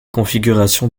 configuration